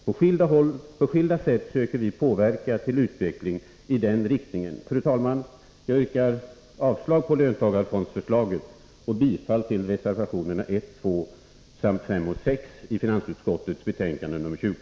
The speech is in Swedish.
På skilda sätt söker vi påverka till en utveckling i den riktningen. Fru talman! Jag yrkar avslag på löntagarfondsförslaget och bifall till reservationerna 1, 2, 5 och 6 i finansutskottets betänkande nr 20.